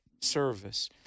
service